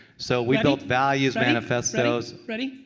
so we built values manifestos. ready?